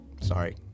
sorry